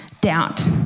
doubt